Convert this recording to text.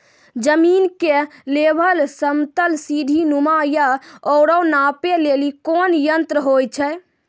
जमीन के लेवल समतल सीढी नुमा या औरो नापै लेली कोन यंत्र होय छै?